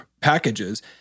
packages